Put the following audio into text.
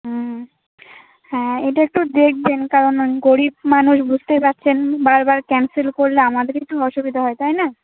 হুম হ্যাঁ এটা একটু দেখবেন কারণ ওই গরিব মানুষ বুঝতেই পারছেন বারবার ক্যানসেল করলে আমাদেরই তো অসুবিধা হয় তাই না